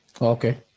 Okay